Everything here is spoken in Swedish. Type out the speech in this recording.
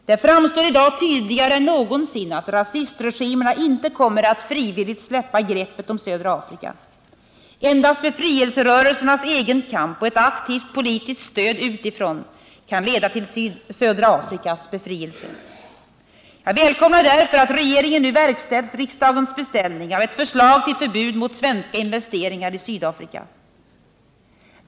Det framstår i dag tydligare än någonsin att rasistregimerna inte kommer att frivilligt släppa greppet om södra Afrika. Endast befrielserörelsernas egen kamp och ett aktivt politiskt stöd utifrån kan leda till södra Afrikas befrielse. Jag välkomnar därför att regeringen nu verkställt riksdagens beställning av ett förslag till förbud mot svenska investeringar i Sydafrika.